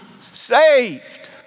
saved